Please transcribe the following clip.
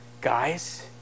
guys